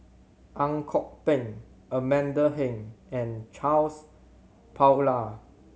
Ang Kok Peng Amanda Heng and Charles Paglar